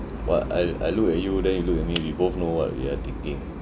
what I I look at you then you look at me we both know what we are thinking